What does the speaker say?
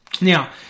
Now